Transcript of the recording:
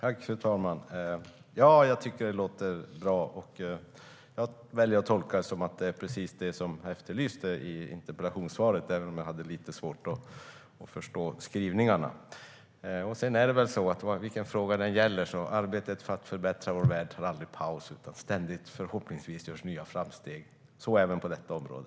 Fru talman! Jag tycker att det låter bra. Jag väljer att tolka det som precis det som jag efterlyste i interpellationssvaret, även om jag hade lite svårt att förstå skrivningarna. Det är väl så, vilken fråga det än gäller, att arbetet för att förbättra vår värld aldrig tar paus. Förhoppningsvis görs det ständigt nya framsteg - så även på detta område.